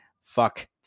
fuck